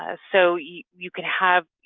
ah so you you can have,